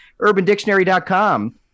UrbanDictionary.com